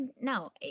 no